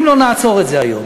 אם לא נעצור את זה היום.